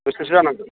बिसोरसो जानांगोन